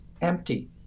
empty